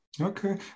Okay